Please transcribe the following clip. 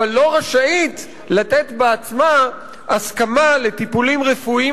אבל לא רשאית לתת בעצמה הסכמה לטיפולים רפואיים